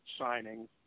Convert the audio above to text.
signing